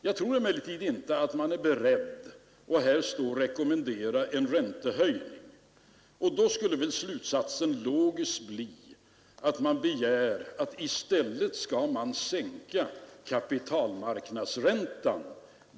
Jag tror emellertid inte att reservanterna är beredda att här rekommendera en räntehöjning, och då skulle väl slutsatsen logiskt bli att man i stället begär en sänkning av kapitalmarknadsräntan.